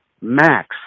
Max